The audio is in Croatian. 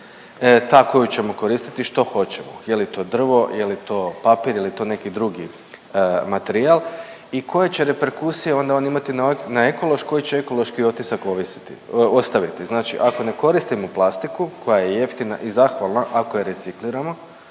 ta koju ćemo koristiti, što hoćemo, je li to drvo, je li to papir ili je li neki materijal i koje će reperkusije onda on imati na ekološ, koji će ekološki otisak koristiti, ostaviti. Znači ako ne koristimo plastiku koja je jeftina i zahvalna, ako je recikliramo,